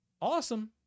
Awesome